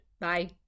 Bye